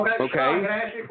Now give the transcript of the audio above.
Okay